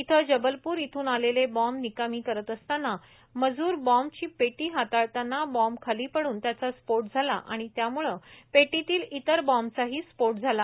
इथे जबलपूर येथून आलेले बॉम्ब निकामी करत असतांना मजूर बॉम्बची पेटी हाताळताना बॉम्ब खाली पडून त्याचा स्फोट झाला आणि त्यामुळे पेटीतील इतर बॉम्बचाही स्फोट झाला